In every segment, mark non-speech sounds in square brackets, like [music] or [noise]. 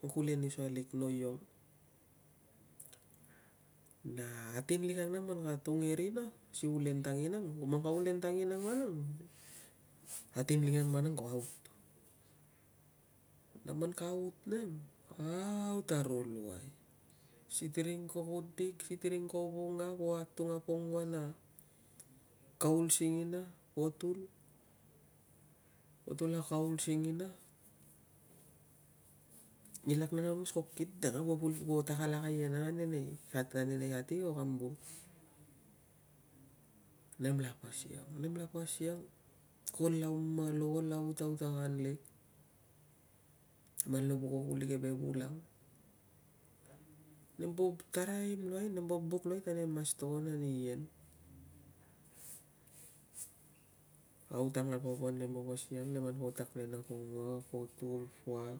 Ko kulenusa lik luai, io [noise] na atin lik ang nang man ka tung e rina si ulen tanginang, man ka ulen tanginang vanang, atin lik ang vanang ko aut. Na man ka aut nang, ka aut aro luai. Sitiring ko kudik, sitiring ko vunga, kuo atung a pongua na kaul singina, potul, potul a kaul singina, nginlak nang, aungos ka kit nang a kuo tak alak a ien ang nei kati o kam vul. Nemla pasiang, nemla pasiang ko lau malu, ko lau utautakan lik neman lo voko kuli keve vul ang. Nempo taraim luai, nempo buk luai ta nem mas togon ani ien. [noise] Aut ang kan po van, nem po pasiang, nem an po tak le na pongua, potul, puat,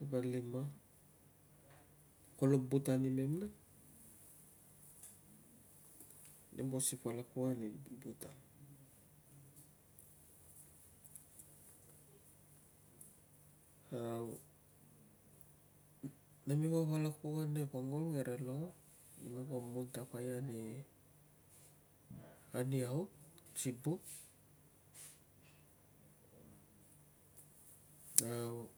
palpalima. Kolo but animem nang, nempo sip alak pok ane rina [hesitation] au, nem me po palak pok ane pangkul ngerelo, nem mepo mun tapai ani, [hesitation] ani aum si but. [hesitation] Au